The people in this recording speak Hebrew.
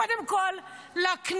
קודם כול לכנסת,